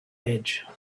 edge